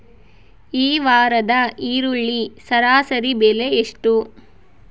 ಈ ವಾರದ ಈರುಳ್ಳಿ ಸರಾಸರಿ ಬೆಲೆ ಎಷ್ಟು?